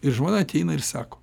ir žmona ateina ir sako